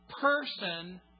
person